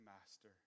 Master